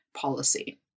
policy